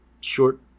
short